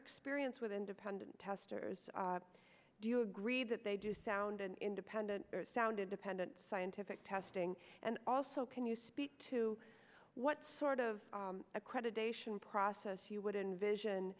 experience with independent testers do you agree that they do sound an independent founded dependent scientific testing and also can you speak to what sort of accreditation process you would envision